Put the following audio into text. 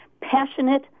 Passionate